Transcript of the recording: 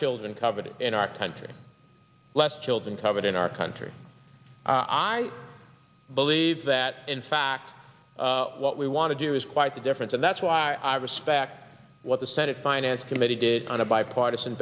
children covered in our country less children covered in our country i believe that in fact what we want to do is quite a difference and that's why i respect what the senate finance committee did on a bipartisan